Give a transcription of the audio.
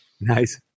Nice